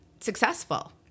successful